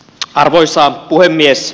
arvoisa puhemies